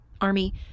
army